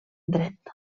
dret